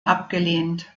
abgelehnt